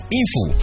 info